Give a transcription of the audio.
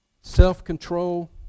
self-control